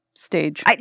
Stage